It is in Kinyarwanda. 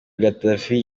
gaddafi